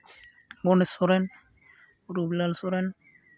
Ganesh Soren Robilal Soren